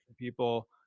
people